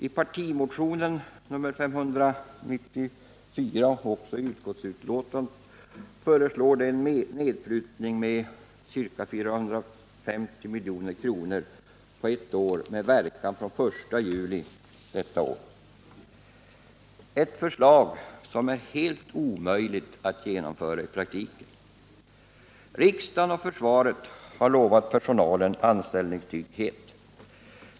I partimotionen, nr 594, och i reservation till utskottsbetänkandet föreslår de nedprutning med ca 450 milj.kr. på ett år, med verkan från den 1 juli detta år — ett förslag som är helt omöjligt att genomföra i praktiken. Riksdagen och försvaret har lovat personalen anställningstrygghet.